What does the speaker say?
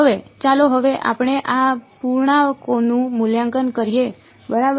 હવે ચાલો હવે આપણે આ પૂર્ણાંકોનું મૂલ્યાંકન કરીએ બરાબર